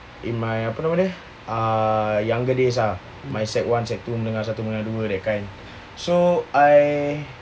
in my apa tu uh younger days ah my sec one sec two menengah satu menengah dua that kind so I